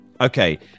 Okay